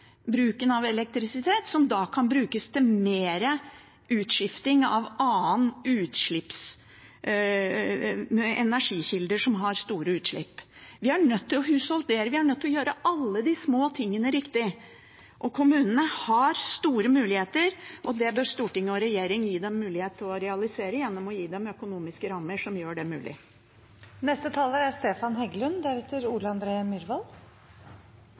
bruken av elektrisitet, som da kan brukes til utskifting av energikilder som har store utslipp. Vi er nødt til å husholdere, vi er nødt til å gjøre alle de små tingene riktig. Kommunene har store muligheter til å realisere dette, og da bør storting og regjering gi dem økonomiske rammer som gjør det mulig. Som en utenforstående må jeg si det